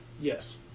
Yes